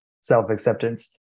self-acceptance